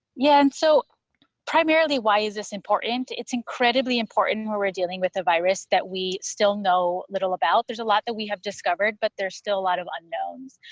yeah. and so primarily, why is this important? it's incredibly important where we're dealing with a virus that we still know little about. there's a lot that we have discovered, but there's still a lot of unknowns.